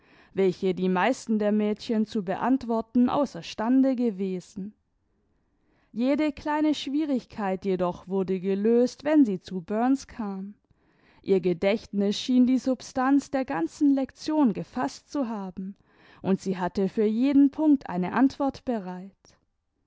welche die meisten der mädchen zu beantworten außer stande gewesen jede kleine schwierigkeit jedoch wurde gelöst wenn sie zu burns kam ihr gedächtnis schien die substanz der ganzen lektion gefaßt zu haben und sie hatte für jeden punkt eine antwort bereit